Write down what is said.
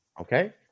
Okay